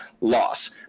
loss